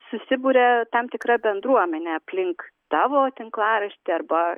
susiburia tam tikra bendruomenė aplink tavo tinklaraštį arba